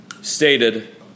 stated